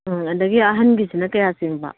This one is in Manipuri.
ꯑꯗꯒꯤ ꯑꯍꯟꯒꯤꯁꯤꯅ ꯀꯌꯥ ꯆꯤꯡꯕ